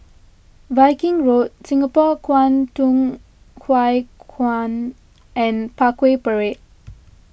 Viking Road Singapore Kwangtung Hui Kuan and Parkway Parade